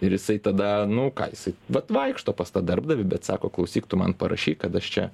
ir jisai tada nu ką jisai vat vaikšto pas tą darbdavį bet sako klausyk tu man parašyk kad aš čia